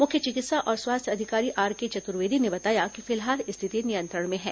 मुख्य चिकित्सा और स्वास्थ्य अधिकारी आरके चतुर्वेदी ने बताया कि फिलहाल स्थिति नियंत्रण में है